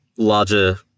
larger